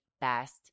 best